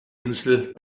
insel